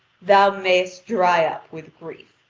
thou mayest dry up with grief.